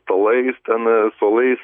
stalais ten suolais